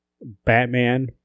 Batman